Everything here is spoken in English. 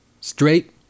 straight